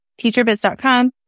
teacherbiz.com